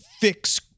fix